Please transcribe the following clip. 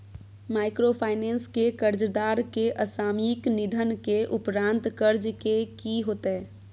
Microfinance के कर्जदार के असामयिक निधन के उपरांत कर्ज के की होतै?